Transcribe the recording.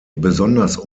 besonders